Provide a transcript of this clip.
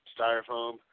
styrofoam